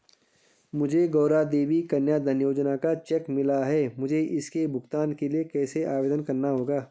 मुझे गौरा देवी कन्या धन योजना का चेक मिला है मुझे इसके भुगतान के लिए कैसे आवेदन करना होगा?